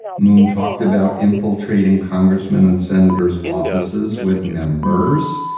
moon talked about infiltrating congressmen and senators offices with members.